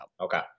Okay